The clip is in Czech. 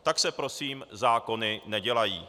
Tak se prosím zákony nedělají.